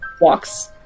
walks